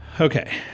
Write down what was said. okay